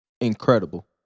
incredible